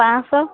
ପାଞ୍ଚଶହ